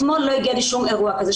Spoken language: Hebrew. אתמול לא הגיע אליי שום אירוע כזה.